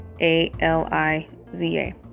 A-L-I-Z-A